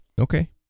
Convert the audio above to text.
Okay